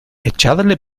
echadle